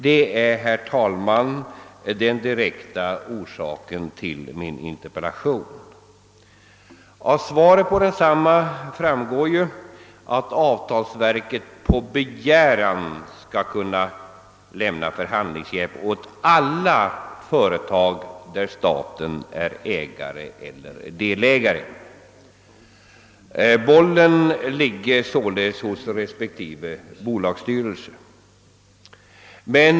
Detta är, herr talman, den direkta orsaken till min interpellation. Av svaret på densamma framgår att avtalsverket på begäran skall kunna lämna förhandlingshjälp åt alla företag som staten är ägare till eller delägare i. Bollen ligger således hos respektive bolagsstyrelse.